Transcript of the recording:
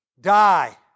die